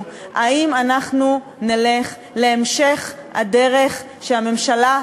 האם אנחנו נלך להמשך הדרך שהממשלה הזאת,